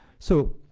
so